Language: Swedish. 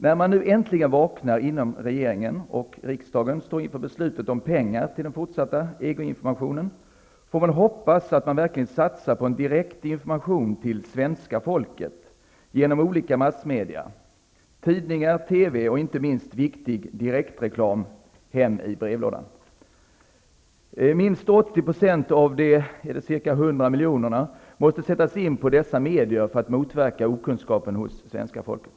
När man nu äntligen vaknar inom regeringen och riksdagen står inför beslutet om pengar till den fortsatta EG-informationen, får vi hoppas att det verkligen satsas på en direkt information till svenska folket genom olika massmedia, tidningar, TV, och inte minst viktigt genom direktreklam hem i brevlådan. Minst 80 % av de ca 100 miljonerna måste sättas in på dessa medier för att motverka okunskapen hos svenska folket.